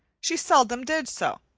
she seldom did so,